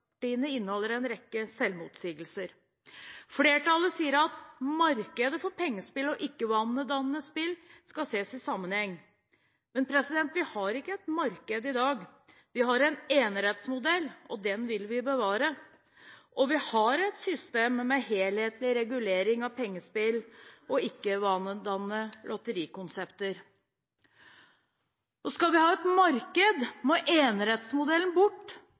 flertallspartiene inneholder en rekke selvmotsigelser. Flertallet sier at markedet for pengespill og ikke-vanedannende spill skal ses i sammenheng. Men vi har ikke et marked i dag, vi har en enerettsmodell, og den vil vi bevare. Vi har også et system med helhetlig regulering av pengespill og ikke-vanedannende lotterikonsepter. Skal vi ha et marked, må enerettsmodellen bort.